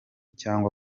cyangwa